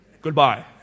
Goodbye